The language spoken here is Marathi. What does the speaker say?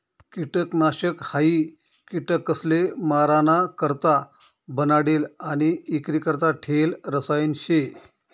किटकनाशक हायी किटकसले माराणा करता बनाडेल आणि इक्रीकरता ठेयेल रसायन शे